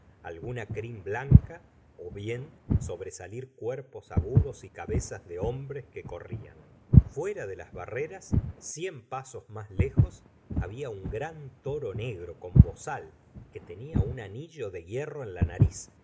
alguna crin blanca bien sobresalir cuerpos agudos y cabezas de hombres que corrían fuera de las barreras cien pasos más lejos ha la señora de boyare bla un gran toro negro con bozal que tenia un anillo de hierro en la nariz